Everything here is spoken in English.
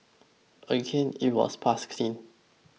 again it was passed clean